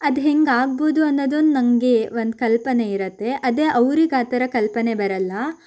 ಅದು ಹೇಗೆ ಆಗ್ಬೋದು ಅನ್ನೋದೊಂದು ನನಗೆ ಒಂದು ಕಲ್ಪನೆ ಇರತ್ತೆ ಅದೇ ಅವರಿಗೆ ಆ ಥರ ಕಲ್ಪನೆ ಬರಲ್ಲ